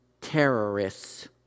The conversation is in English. terrorists